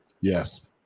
Yes